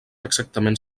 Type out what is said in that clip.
exactament